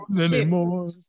anymore